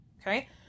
Okay